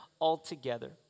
altogether